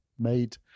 made